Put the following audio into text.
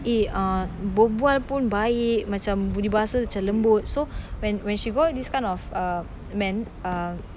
eh uh berbual pun baik macam budi bahasa macam lembut so when when she go out with these kind of uh men uh